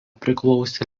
priklausė